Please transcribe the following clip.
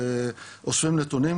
אוספים נתונים,